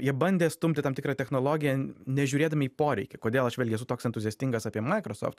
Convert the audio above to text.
jie bandė stumti tam tikrą technologiją nežiūrėdami į poreikį kodėl aš vėlgi esu toks entuziastingas apie maikrosoft